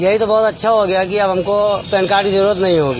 यही तो बहुत अच्छा हो गया है कि अब हमको पैन कार्ड की जरूरत नहीं होगी